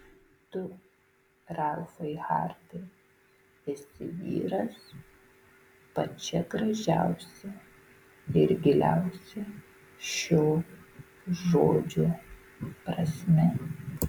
tu ralfai hartai esi vyras pačia gražiausia ir giliausia šio žodžio prasme